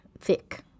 thick